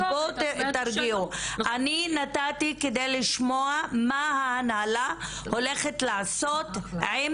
אני נתתי כדי לשמוע מה ההנהלה הולכת לעשות עם